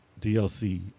DLC